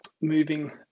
moving